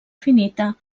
finita